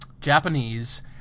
Japanese